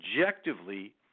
objectively